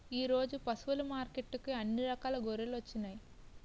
ఈరోజు పశువులు మార్కెట్టుకి అన్ని రకాల గొర్రెలొచ్చినాయ్